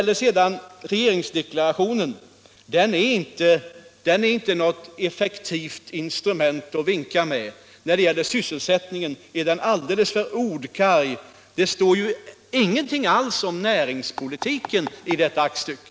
Regeringsdeklarationen är inte något effektivt instrument att vinka med. När det gäller sysselsättningen är den alldeles för ordkarg. Det står t.ex. ingenting alls om näringspolitiken i detta aktstycke.